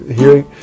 hearing